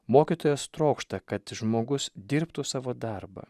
mokytojas trokšta kad žmogus dirbtų savo darbą